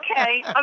Okay